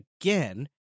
again